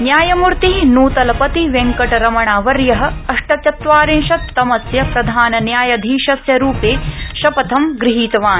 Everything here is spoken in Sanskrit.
न्यायमूर्ति नूतलपतिवेंकटरमणावर्य अष्टचत्वारिंशत्तमस्य प्रधानन्यायधीशस्य रूपे शपथं ग़हीतवान्